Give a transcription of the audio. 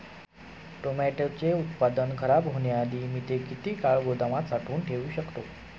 टोमॅटोचे उत्पादन खराब होण्याआधी मी ते किती काळ गोदामात साठवून ठेऊ शकतो?